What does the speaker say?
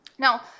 Now